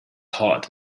heart